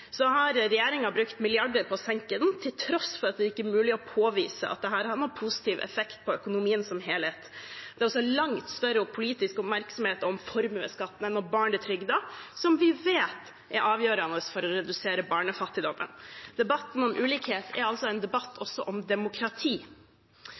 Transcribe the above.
har regjeringen brukt milliarder på å senke den, til tross for at det ikke er mulig å påvise at det har hatt noen positiv effekt på økonomien som helhet. Det er også langt større politisk oppmerksomhet om formuesskatten enn om barnetrygden, som vi vet er avgjørende for å redusere barnefattigdommen. Debatten om ulikhet er altså en debatt